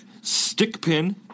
Stickpin